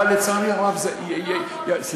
אבל, לצערי הרב, זה, לא הכול זה חקיקה.